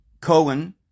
Cohen